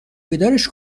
بیدارش